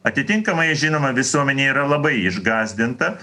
atitinkamai žinoma visuomenė yra labai išgąsdinta